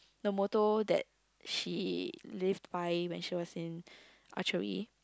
the motto that she live by when she was in archery